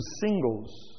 singles